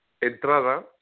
entrada